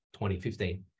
2015